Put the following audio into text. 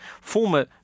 former